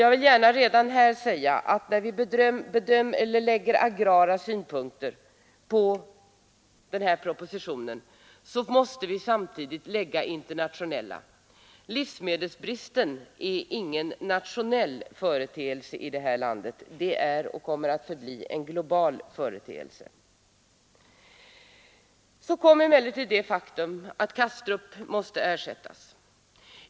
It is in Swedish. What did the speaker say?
Jag vill gärna redan nu säga att när vi anlägger agrara synpunkter på den här propositionen, så måste vi samtidigt anlägga internationella. Livsmedelsbristen är ingen nationell företeelse i vårt land, den är och kommer att förbli en global företeelse. Så tillkom emellertid det faktum att Kastrup måste ersättas.